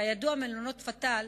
כידוע, מלונות "פתאל"